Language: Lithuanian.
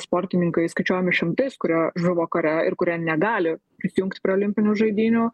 sportininkai skaičiuojami šimtais kurio žuvo kare ir kurie negali prisijungti prie olimpinių žaidynių